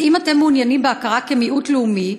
אז אם אתם מעוניינים בהכרה כמיעוט לאומי,